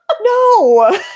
no